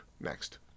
Next